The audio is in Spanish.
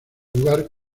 lugar